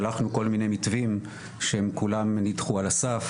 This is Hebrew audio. שלחנו כל מיני מתווים שהם כולם נדחו על הסף,